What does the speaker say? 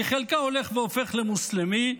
כי חלקה הולך והופך למוסלמי,